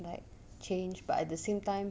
like change but at the same time